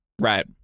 Right